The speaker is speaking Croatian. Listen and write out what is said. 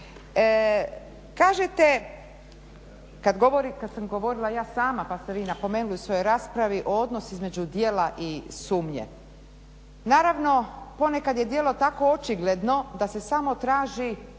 Kažete kad sam govorila ja sama pa ste vi napomenuli u svojoj raspravi odnos između djela i sumnje. Naravno, ponekad je djelo tako očigledno da se samo traži